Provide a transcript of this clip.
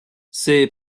ces